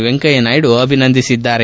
ವೆಂಕಯ್ಯ ನಾಯ್ಡು ಅಭಿನಂದಿಸಿದ್ದಾರೆ